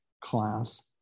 class